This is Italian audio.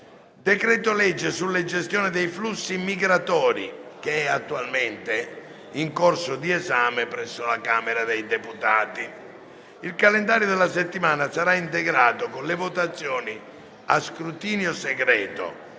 decreto-legge sulla gestione dei flussi migratori, attualmente in corso di esame presso la Camera dei deputati. Il calendario della settimana sarà integrato con le votazioni a scrutinio segreto